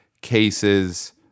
cases